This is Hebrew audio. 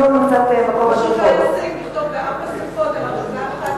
פשוט לא ישים לכתוב בארבע שפות על אריזה אחת.